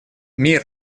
мир